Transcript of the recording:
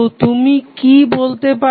তো তুমি কি বলতে পারো